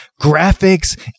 graphics